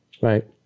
right